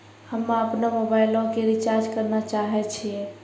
हम्मे अपनो मोबाइलो के रिचार्ज करना चाहै छिये